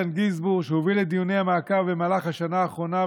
שהוביל את דיוני המעקב במהלך השנה האחרונה,